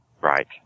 Right